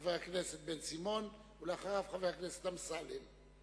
חבר הכנסת בן-סימון, ואחריו, חבר הכנסת אמסלם.